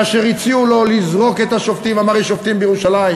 כאשר הציעו לו לזרוק את השופטים הוא אמר: יש שופטים בירושלים.